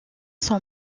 sont